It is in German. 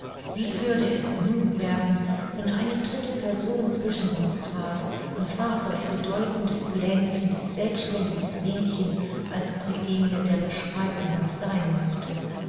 wie würde es nun werden wenn eine dritte person zwischen uns trat und zwar solch bedeutendes glänzendes selbständiges mädchen als eugenie der beschreibung nach sein mochte